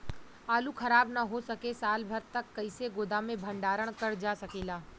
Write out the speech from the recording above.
आलू खराब न हो सके साल भर तक कइसे गोदाम मे भण्डारण कर जा सकेला?